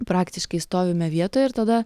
praktiškai stovime vietoje ir tada